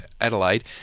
Adelaide